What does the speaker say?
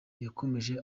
yakomeje